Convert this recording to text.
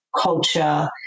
culture